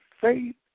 faith